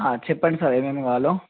చెప్పండి సార్ ఏమేమి కావాలో